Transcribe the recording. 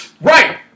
Right